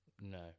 No